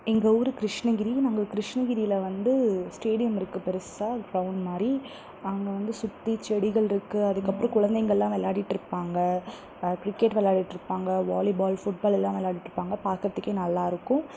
எங்கள் ஊரு கிருஷ்ணகிரி நாங்கள் கிருஷ்ணகிரியில் வந்து ஸ்டேடியம் இருக்கு பெருசாக டவுன் மாதிரி அங்கே வந்து சுற்றி செடிகள் இருக்குது அதுக்கப்புறம் குழந்தைங்களெல்லாம் விளையாடிட்டு இருப்பாங்க கிரிக்கெட் விளையாடிட்டு இருப்பாங்கள் வாலிபால் ஃபுட்பாலெல்லாம் விளையாடிட்டு இருப்பாங்கள் பார்க்கிறதுக்கே நல்லா இருக்கும்